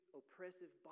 oppressive